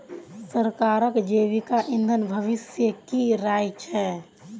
सरकारक जैविक ईंधन भविष्येर की राय छ